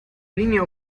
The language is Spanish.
línea